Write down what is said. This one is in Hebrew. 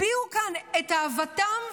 הביעו כאן את אהבתם,